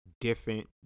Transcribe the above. different